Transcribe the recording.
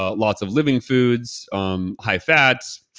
ah lots of living foods, um high fats,